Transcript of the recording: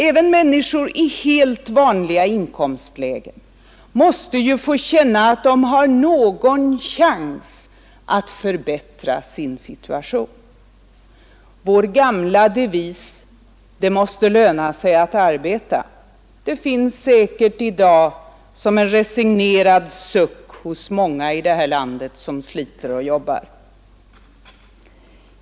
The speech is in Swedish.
Även människor i helt vanliga inkomstlägen måste ju få känna att de har någon möjlighet att förbättra sin situation. Vår gamla devis ”det måste löna sig att arbeta” finns säkert i dag som en resignerad suck hos många i det här landet som sliter och jobbar.